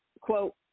quote